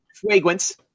Fragrance